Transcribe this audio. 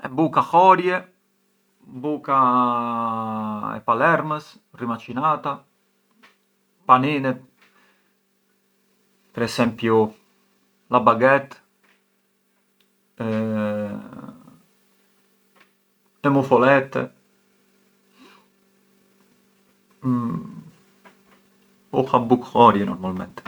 Buka horie, buka e Palermës rimacinata, paninet, per esempiu la baguette, le mufolette, u ha buk horie al momento.